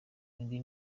indwi